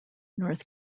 north